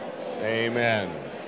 Amen